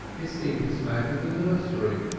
it seemed to smack of the nursery